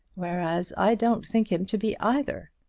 whereas i don't think him to be either.